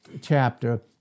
chapter